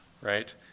right